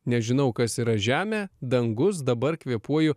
nežinau kas yra žemė dangus dabar kvėpuoju